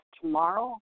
tomorrow